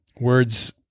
words